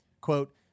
quote